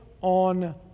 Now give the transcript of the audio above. on